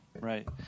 Right